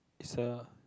is a